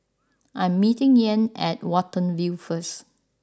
I am meeting Ian at Watten View First